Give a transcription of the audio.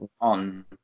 on